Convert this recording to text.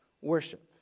worship